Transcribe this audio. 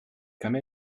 come